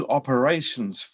operations